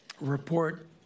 report